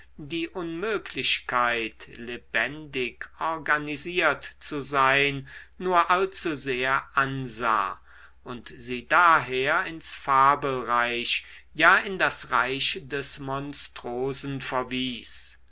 die unmöglichkeit lebendig organisiert zu sein nur allzusehr ansah und sie daher ins fabelreich ja in das reich des monstrosen verwies